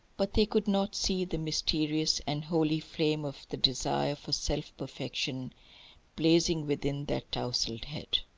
but they could not see the mysterious and holy flame of the desire for self-perfection blazing within that tousled head.